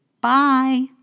Bye